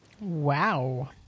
Wow